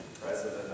president